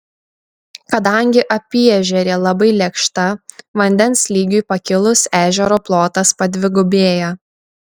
kadangi apyežerė labai lėkšta vandens lygiui pakilus ežero plotas padvigubėja